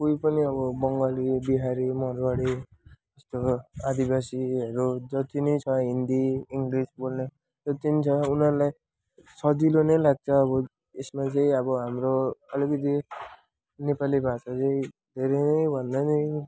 कोही पनि अब बङ्गाली बिहारी मारवारी आदिवासीहरू जति नै हिन्दी इङ्गलिस बोल्ने जति पनि छ उनीहरूलाई सजिलो नै लाग्छ अब यसमा चाहिँ अब हाम्रो अलिकति नेपाली भाषा चाहिँ धेरै नै भन्दा नि